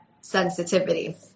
sensitivity